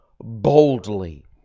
boldly